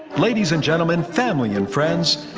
ladies and gentlemen, family and friends,